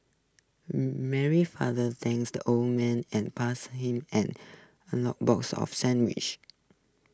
Mary's father thanked the old man and passed him an box of sandwiches